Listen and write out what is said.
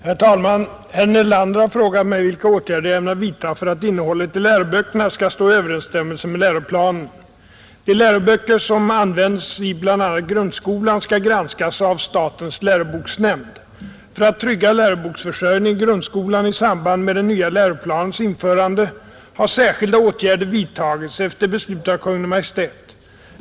Herr talman! Herr Nelander har frågat mig, vilka åtgärder jag ämnar vidta för att innehållet i läroböckerna skall stå i överensstämmelse med läroplanen, De läroböcker som används i bl.a. grundskolan skall granskas av statens läroboksnämnd. För att trygga läroboksförsörjningen i grundskolan i samband med den nya läroplanens införande har särskilda åtgärder vidtagits efter beslut av Kungl. Maj:t.